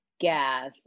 gas